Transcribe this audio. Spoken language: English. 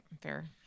fair